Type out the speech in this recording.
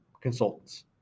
consultants